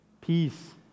peace